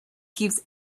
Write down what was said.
keeps